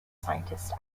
scientist